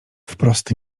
wprost